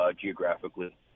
geographically